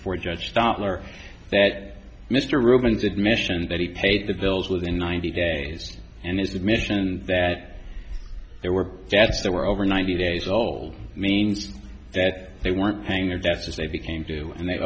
before judge doppler that mr reubens admission that he paid the bills within ninety days and his admission that there were debts there were over ninety days old means that they weren't paying their debts as they became do and they